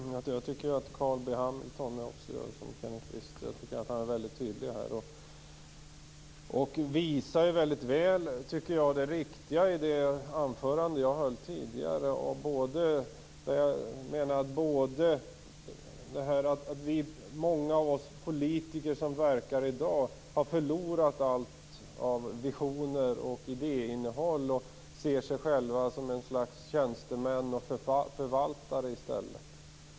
Fru talman! Jag tycker att Carl B Hamilton är tydlig och visar väl det riktiga i mitt tidigare anförande. Jag menar att många av oss politiker som verkar i dag har förlorat allt av visioner och idéinnehåll och ser oss själva som tjänstemän och förvaltare.